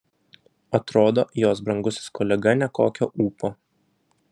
atrodo jos brangusis kolega nekokio ūpo